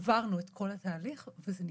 עברנו את כל התהליך וזה נגמר.